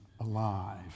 alive